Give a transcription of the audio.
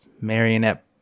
marionette